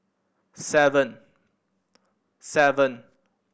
seven seven